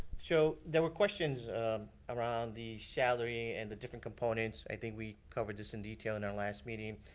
so, there were questions around the salary and the different components. i think we covered this in detail in our last meeting.